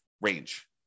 range